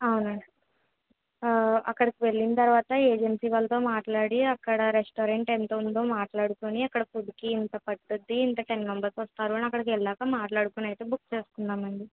అవునండి అక్కడకి వెళ్ళిన తరువాత ఏజన్సీ వాళ్ళతో మాట్లాడి అక్కడ రెస్టారెంట్ ఎంత ఉందో మాట్లాడుకుని అక్కడ ఫుడ్కి ఇంత పట్టుద్ది ఇంత టెన్ మెంబెర్స్ వస్తారు అని అక్కడకి వెళ్ళాక మాట్లాడుకుని అయితే బుక్ చేసుకుందాం అండి